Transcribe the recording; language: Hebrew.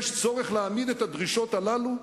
יש צורך להעמיד את הדרישות הללו,